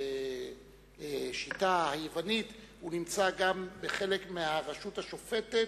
ובשיטה היוונית הוא נמצא גם בחלק מהרשות השופטת,